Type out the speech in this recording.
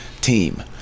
team